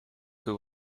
who